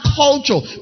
culture